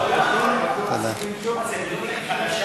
אין שום בעיה.